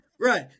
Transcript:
Right